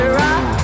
rock